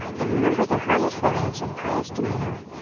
and remembered their harmless lives and pious demeanor,